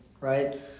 right